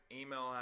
email